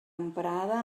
emprada